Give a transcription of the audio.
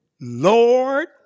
Lord